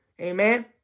amen